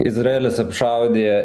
izraelis apšaudė